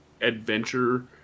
adventure